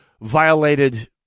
violated